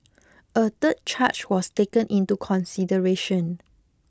a third charge was taken into consideration